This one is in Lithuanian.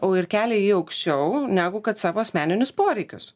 o ir kelią į aukščiau negu kad savo asmeninius poreikius